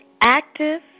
active